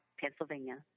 Pennsylvania